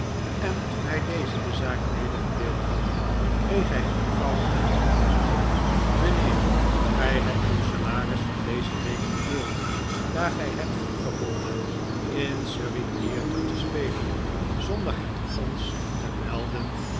en toen hi dezen de zaak medegedeeld had kreeg hij eenvoudig ten antwoord mijnheer gi hebt uw salaris van deze week verbeurd daar gij hebt goedgevonden in surreytheater te spelen zonder het o n s te melden